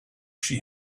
she